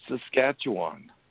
Saskatchewan